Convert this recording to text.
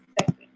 second